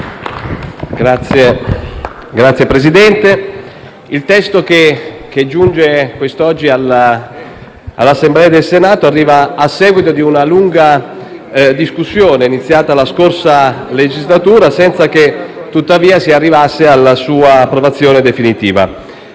Signor Presidente, il testo che giunge quest'oggi all'Assemblea del Senato è il frutto di una lunga discussione iniziata la scorsa legislatura, senza che, tuttavia, si arrivasse all'approvazione definitiva